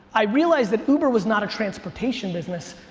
i realized that uber was not a transportation business.